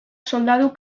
soldadu